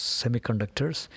semiconductors